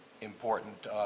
important